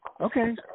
Okay